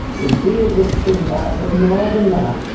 his beard was trimmed back. but more than that,